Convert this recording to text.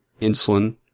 insulin